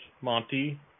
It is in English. Monty